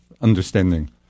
understanding